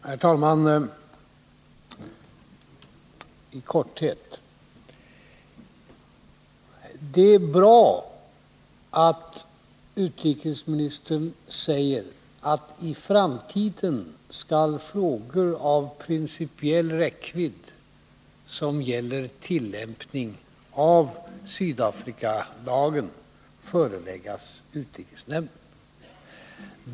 Herr talman! I korthet: Det är bra att utrikesministern säger att i framtiden skall frågor av principiell räckvidd som gäller tillämpning av Sydafrikalagen föreläggas utrikesnämnden.